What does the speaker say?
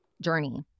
journey